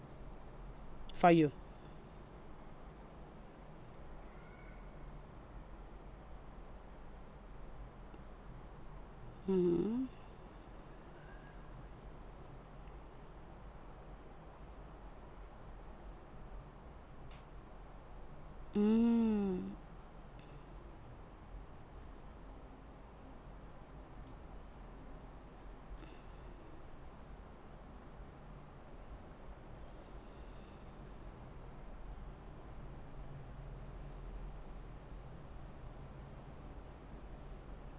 for you mmhmm mm